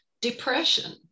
depression